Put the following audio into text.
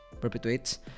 perpetuates